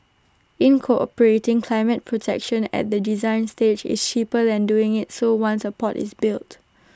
incorporating climate protection at the design stage is cheaper than doing IT so once A port is built